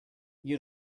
you